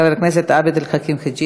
חבר הכנסת עבד אל חכים חאג'